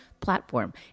platform